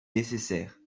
nécessaire